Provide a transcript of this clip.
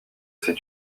ses